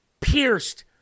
pierced